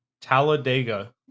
Talladega